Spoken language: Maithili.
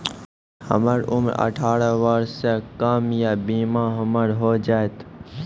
हमर उम्र अठारह वर्ष से कम या बीमा हमर हो जायत?